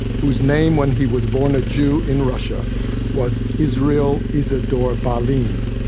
whose name when he was born a jew in russia was israel isidore baline.